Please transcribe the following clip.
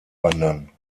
wandern